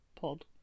Pod